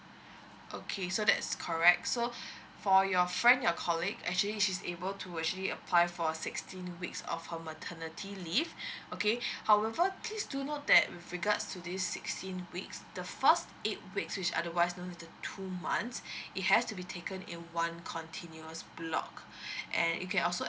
okay so that's correct so for your friend your colleague actually she's able to actually apply for sixteen weeks of her maternity leave okay however please do note that with regards to this sixteen weeks the first eight weeks which otherwise known to two months it has to be taken in one continuous block and you can also